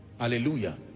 Hallelujah